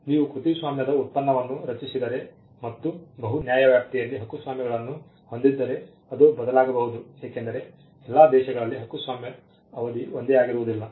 ನೀವು ಕೃತಿಸ್ವಾಮ್ಯದ ಉತ್ಪನ್ನವನ್ನು ರಚಿಸಿದರೆ ಮತ್ತು ಬಹು ನ್ಯಾಯವ್ಯಾಪ್ತಿಯಲ್ಲಿ ಹಕ್ಕುಸ್ವಾಮ್ಯಗಳನ್ನು ಹೊಂದಿದ್ದರೆ ಅದು ಬದಲಾಗಬಹುದು ಏಕೆಂದರೆ ಎಲ್ಲ ದೇಶಗಳಲ್ಲಿ ಹಕ್ಕುಸ್ವಾಮ್ಯ ಅವಧಿ ಒಂದೇ ಆಗಿರುವುದಿಲ್ಲ